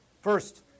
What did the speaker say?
First